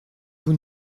vous